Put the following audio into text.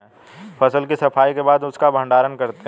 फसल की सफाई के बाद उसका भण्डारण करते हैं